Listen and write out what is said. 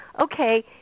okay